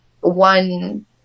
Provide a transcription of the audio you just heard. one